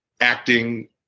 acting